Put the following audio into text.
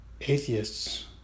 atheists